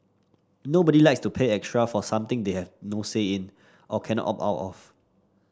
nobody likes to pay extra for something they have no say in or cannot opt out of